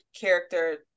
character